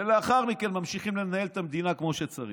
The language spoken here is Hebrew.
ולאחר מכן ממשיכים לנהל את המדינה כמו שצריך.